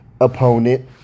opponent